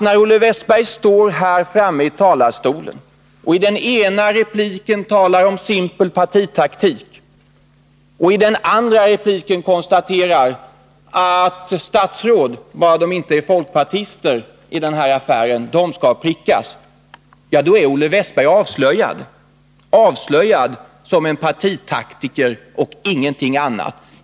När Olle Wästberg från kammarens talarstol i den ena repliken talar om simpel partitaktik och i den andra konstaterar att statsråden i den här affären skall prickas bara de inte är folkpartister är Olle Wästberg avslöjad — avslöjad som en partitaktiker och ingenting annat.